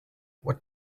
what